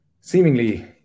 seemingly